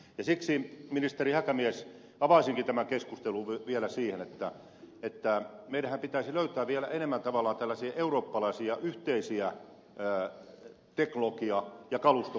siksi ministeri häkämies avaisinkin tämän keskustelun vielä siihen suuntaan että meidänhän pitäisi tavallaan löytää vielä enemmän tällaisia yhteisiä eurooppalaisia teknologian ja kaluston kehittämishankkeita